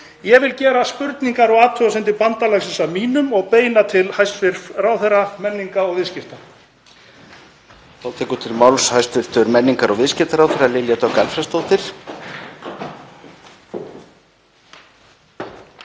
Ég vil gera spurningar og athugasemdir bandalagsins að mínum og beina þeim til hæstv. ráðherra menningar og viðskipta.